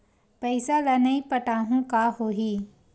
पईसा ल नई पटाहूँ का होही?